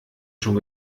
schon